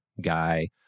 guy